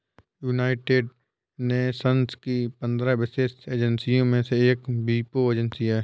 United Nations की पंद्रह विशेष एजेंसियों में से एक वीपो एजेंसी है